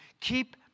keep